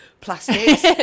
plastics